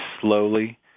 slowly